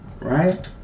Right